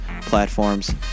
platforms